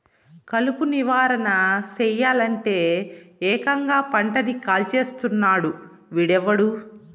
కలుపు నివారణ సెయ్యలంటే, ఏకంగా పంటని కాల్చేస్తున్నాడు వీడెవ్వడు